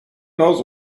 knows